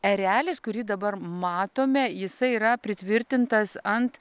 erelis kurį dabar matome jisai yra pritvirtintas ant